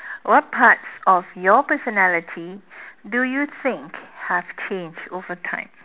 what parts of your personality do you think have changed overtime